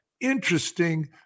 interesting